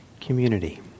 community